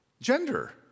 gender